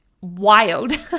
wild